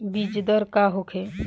बीजदर का होखे?